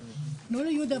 ראשית, אני מברך על הדיון